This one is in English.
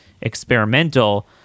experimental